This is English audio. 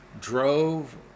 drove